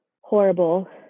horrible